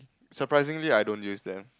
surprisingly I don't use them